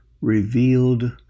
revealed